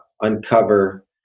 uncover